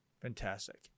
Fantastic